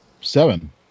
Seven